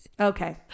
Okay